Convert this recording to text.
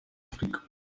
afurika